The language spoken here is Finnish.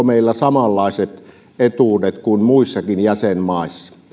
meillä samanlaiset etuudet kuin muissakin jäsenmaissa